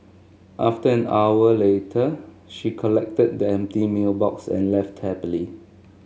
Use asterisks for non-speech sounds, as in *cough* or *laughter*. *unintelligible* hour later she collected the empty meal box and left happily